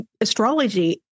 astrology